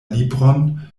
libron